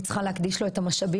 והיא צריכה להקדיש לו את המשאבים,